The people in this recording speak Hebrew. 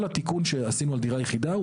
כל התיקון שעשינו על דירה יחידה,